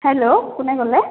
hello কোনে ক'লে